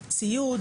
ציוד,